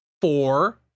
four